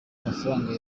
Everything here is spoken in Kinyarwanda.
amafaranga